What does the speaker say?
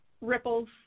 ripples